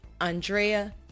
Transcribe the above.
Andrea